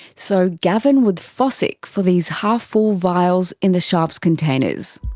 so gavin would fossick for these half-full vials in the sharps containers.